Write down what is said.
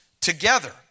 together